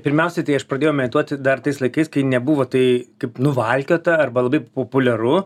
pirmiausia tai aš pradėjau medituoti dar tais laikais kai nebuvo tai kaip nuvalkiota arba labai populiaru